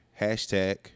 Hashtag